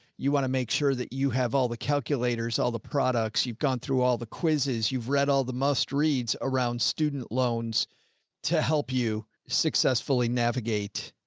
you want to make sure that you have all the calculators, all the products you've gone through, all the quizzes, you've read, all the must reads around student loans to help you successfully navigate.